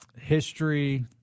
History